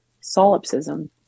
solipsism